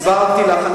אני הרי הסברתי לך.